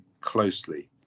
closely